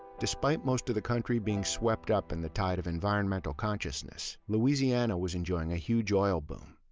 despite most of the country being swept up in the tide of environmental consciousness, louisiana was enjoying a huge oil boom.